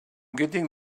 getting